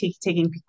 taking